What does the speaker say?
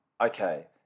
Okay